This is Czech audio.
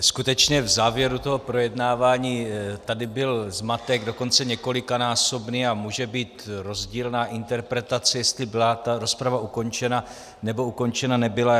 Skutečně, v závěru toho projednávání tady byl zmatek, dokonce několikanásobný, a může být rozdílná interpretace, jestli byla ta rozprava ukončena, nebo ukončena nebyla.